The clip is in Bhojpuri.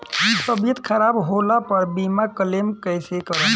तबियत खराब होला पर बीमा क्लेम कैसे करम?